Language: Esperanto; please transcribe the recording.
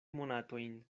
monatojn